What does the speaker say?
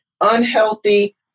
unhealthy